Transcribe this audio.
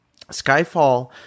Skyfall